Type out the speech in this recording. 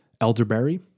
elderberry